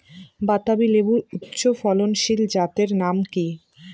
বাতাবি লেবুর উচ্চ ফলনশীল জাতের নাম কি?